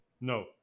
No